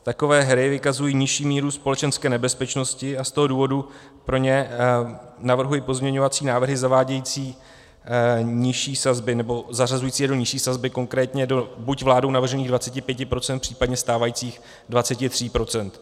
Takové hry vykazují nižší míru společenské nebezpečnosti, a z toho důvodu pro ně navrhuji pozměňovací návrhy zavádějící nižší, nebo zařazující je do nižší sazby, konkrétně buď do vládou navržených 25 %, případně stávajících 23 %.